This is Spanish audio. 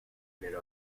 enero